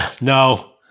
No